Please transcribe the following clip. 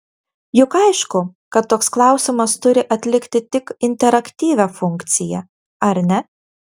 juk aišku kad toks klausimas turi atlikti tik interaktyvią funkciją ar ne